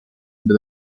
into